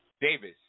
Davis